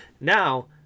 Now